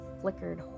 flickered